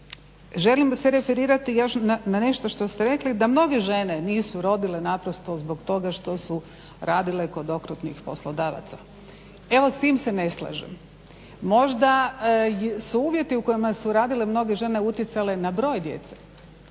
želim se referirati još na nešto što ste rekli da mnoge žene nisu rodile naprosto zbog toga što su radile kod okrutnih poslodavaca. Evo s tim se ne slažem. Možda su uvjeti u kojima su radile mnoge žene uticale na broj djece,